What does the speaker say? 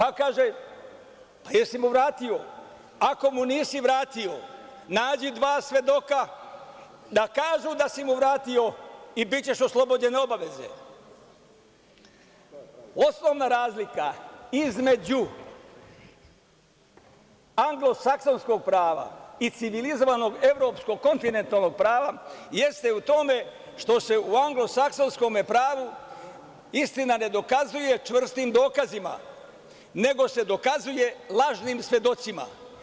Ako mu nisi vratio, nađi dva svedoka da kažu da si mu vratio i bićeš oslobođen obaveze.“ Osnovna razlika između anglosaksonskog prava i civilizovanog evropskog kontinentalnog prava jeste u tome što se u anglosaksonskom pravu istina ne dokazuje čvrstim dokazima, nego se dokazuje lažnim svedocima.